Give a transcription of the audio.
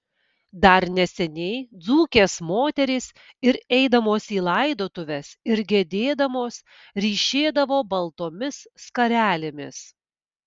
dar neseniai dzūkės moterys ir eidamos į laidotuves ir gedėdamos ryšėdavo baltomis skarelėmis